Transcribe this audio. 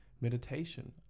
Meditation